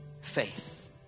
faith